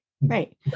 Right